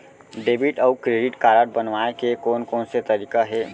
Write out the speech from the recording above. Debit अऊ credit card बनवाए के कोन कोन से तरीका हे?